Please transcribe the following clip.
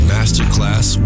Masterclass